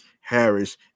Harris